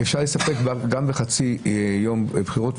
ואפשר להסתפק גם בחצי יום בחירות.